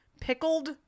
pickled